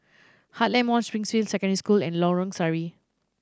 Heartland Mall Springfield Secondary School and Lorong Sari